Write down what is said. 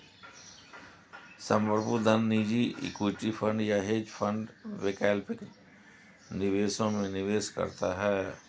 संप्रभु धन निजी इक्विटी फंड या हेज फंड वैकल्पिक निवेशों में निवेश करता है